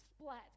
splat